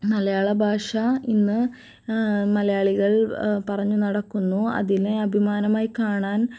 മലയാള ഭാഷ ഇന്ന് മലയാളികൾ പറഞ്ഞു നടക്കുന്നു അതിനെ അഭിമാനമായി കാണാൻ